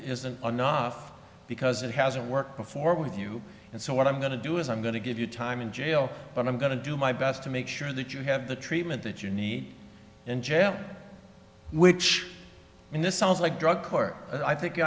isn't enough because it hasn't worked before with you and so what i'm going to do is i'm going to give you time in jail but i'm going to do my best to make sure that you have the treatment that you need in jail which in this sounds like drug court i think